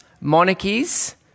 monarchies